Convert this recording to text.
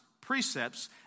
precepts